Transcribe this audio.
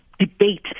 debate